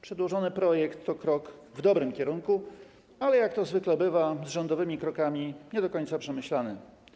Przedłożony projekt to krok w dobrym kierunku, ale - jak to zwykle bywa z rządowymi krokami - nie do końca przemyślany.